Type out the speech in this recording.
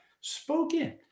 spoken